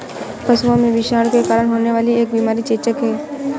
पशुओं में विषाणु के कारण होने वाली एक बीमारी चेचक है